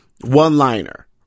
one-liner